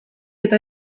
eta